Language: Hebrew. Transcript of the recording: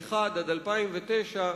מ-2001 ועד 2009,